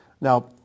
Now